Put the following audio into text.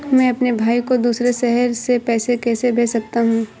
मैं अपने भाई को दूसरे शहर से पैसे कैसे भेज सकता हूँ?